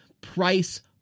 price